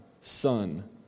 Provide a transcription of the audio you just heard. son